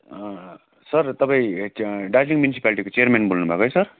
sir तपाईँ ते दार्जिलिङ मुन्सिप्यालिटीको चेयरमेन बोल्नुभएको है सर